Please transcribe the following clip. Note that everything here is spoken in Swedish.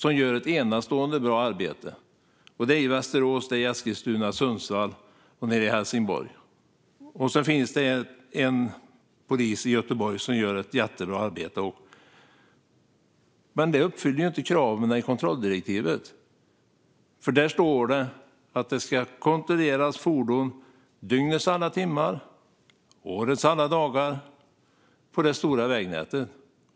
De gör ett enastående bra arbete i Västerås, Eskilstuna, Sundsvall och Helsingborg. Det finns dessutom en polis i Göteborg som gör ett jättebra arbete. Men detta uppfyller inte kraven i kontrolldirektivet. Där står det att fordon ska kontrolleras dygnets alla timmar och årets alla dagar på det stora vägnätet.